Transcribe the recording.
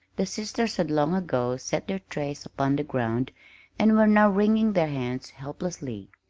the sisters had long ago set their trays upon the ground and were now wringing their hands helplessly.